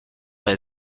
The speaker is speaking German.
bei